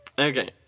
Okay